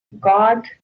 God